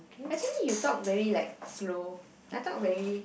actually you talk very like slow I talk very